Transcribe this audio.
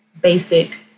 basic